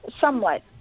somewhat